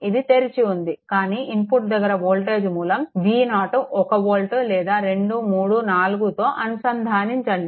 ఇది తెరిచి ఉంది కానీ ఇన్పుట్ దగ్గర వోల్టేజ్ మూలం V0 1 వోల్ట్ లేదా 2 3 4 తో అనుసంధానించండి